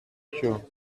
cure